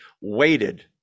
waited